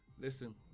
Listen